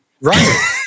right